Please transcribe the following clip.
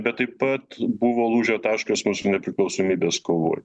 bet taip pat buvo lūžio taškas mūsų nepriklausomybės kovoj